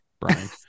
Brian